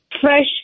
fresh